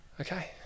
Okay